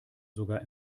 sogar